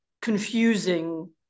confusing